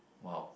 !wow!